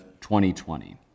2020